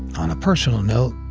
on a personal note,